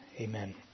Amen